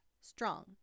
strong